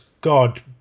God